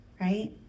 Right